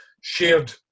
shared